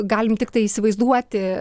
galim tiktai įsivaizduoti